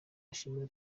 ashimira